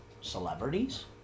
Celebrities